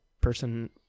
person